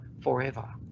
forever